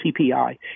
CPI